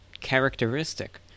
characteristic